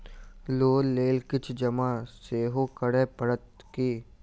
Loan लेल किछ जमा सेहो करै पड़त की?